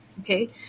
okay